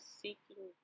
seeking